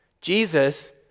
Jesus